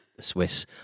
Swiss